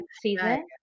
season